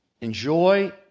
Enjoy